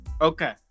Okay